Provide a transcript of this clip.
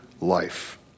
life